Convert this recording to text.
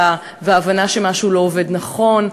והבנה שמשהו לא עובד נכון,